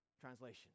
translation